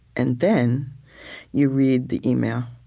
and then you read the email.